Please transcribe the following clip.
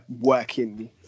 working